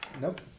Nope